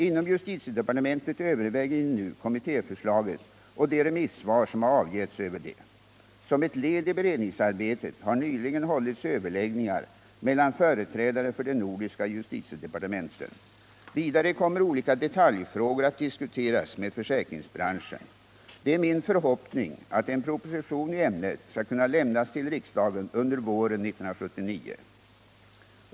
Inom justitiedepartementet överväger vi nu kommittéförslaget och de remissvar som har avgetts över det. Som ett led i beredningsarbetet har nyligen hållits överläggningar mellan företrädare för de nordiska justitiedepartementen. Vidare kommer olika detaljfrågor att diskuteras med försäkringsbranschen. Det är min förhoppning att en proposition i ämnet skall kunna lämnas till riksdagen under våren 1979.